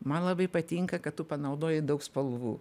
man labai patinka kad tu panaudojai daug spalvų